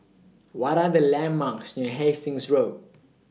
What Are The landmarks near Hastings Road